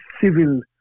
civil